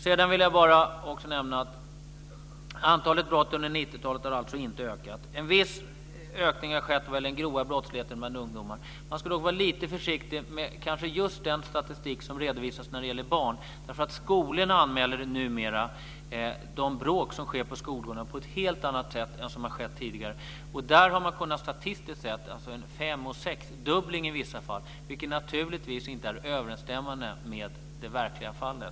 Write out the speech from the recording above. Sedan vill jag nämna att antalet brott under 90 talet inte har ökat. En viss ökning har skett vad gäller den grova brottsligheten bland ungdomar. Man ska vara lite försiktig med kanske just den statistik som redovisas när det gäller barn. Skolorna anmäler numera de bråk som sker på skolorna på ett helt annat sätt än vad som har skett tidigare. Där har man statistiskt kunnat se en fem till sexdubbling i vissa fall, vilket naturligtvis inte är överensstämmande med det verkliga fallet.